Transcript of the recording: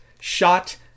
shot